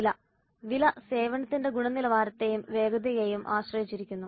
വില വില സേവനത്തിന്റെ ഗുണനിലവാരത്തെയും വേഗതയും ആശ്രയിച്ചിരിക്കുന്നു